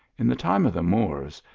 in the time of the moors,